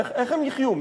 איך הם יחיו?